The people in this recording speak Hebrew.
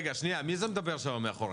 מי זה מדבר מאחור?